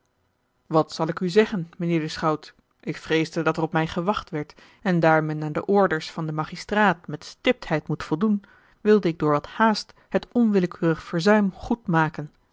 wat zal ik u zeggen mijnheer de schout ik vreesde dat er op mij gewacht werd en daar men aan de orders van den magistraat met stiptheid moet voldoen wilde ik door wat haast het onwillekeurig verzuim goed